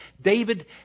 David